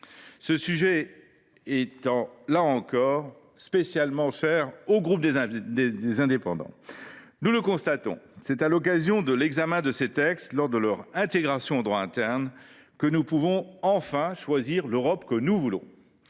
sujet particulièrement cher au groupe Les Indépendants. Nous le constatons, c’est à l’occasion de l’examen de ces textes, lors de leur intégration au droit interne, que nous pouvons, enfin, choisir l’Europe que nous voulons.